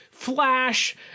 Flash